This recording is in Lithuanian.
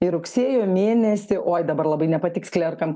ir rugsėjo mėnesį oi dabar labai nepatiks klerkam